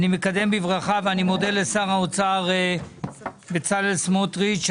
אני מקדם בברכה ואני מודה לשר האוצר בצלאל סמוטריץ'.